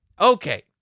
okay